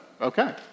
Okay